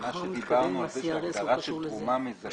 מה שדיברנו על הגדרת תרומה מזכה,